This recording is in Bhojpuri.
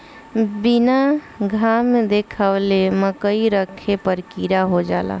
बीना घाम देखावले मकई रखे पर कीड़ा हो जाला